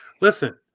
listen